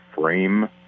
frame